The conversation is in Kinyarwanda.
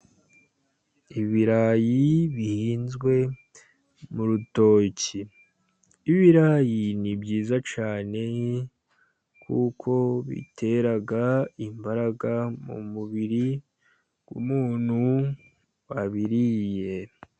Ibirayi bihinzwe mu rutoki, ibirayi ni byiza cyane, kuko bitera imbaraga mu mubiri w'umuntu wabiriye.